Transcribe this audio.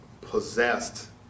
possessed